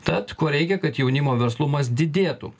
tad ko reikia kad jaunimo verslumas didėtų